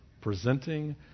presenting